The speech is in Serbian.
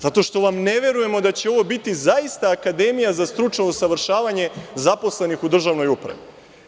Zato što vam ne verujemo da će ovo biti zaista akademija za stručno usavršavanje zaposlenih u državnoj upravi.